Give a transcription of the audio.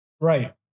Right